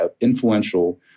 influential